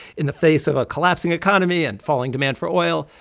in the face of a collapsing economy and falling demand for oil,